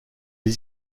les